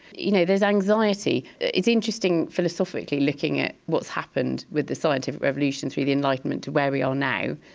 you know there's anxiety, it's interesting, philosophically, looking at what's happened with the scientific revolution through the enlightenment to where we are now,